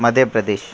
Madhya Pradesh